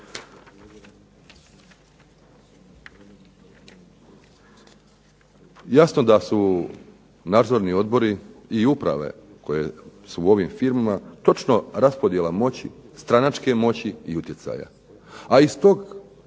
Jasno da su nadzorni odbori i uprave u ovim firmama točno raspodjela moći, stranačke moći i utjecaja.